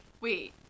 Wait